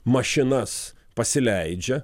mašinas pasileidžia